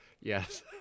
Yes